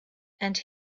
and